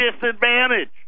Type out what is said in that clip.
disadvantage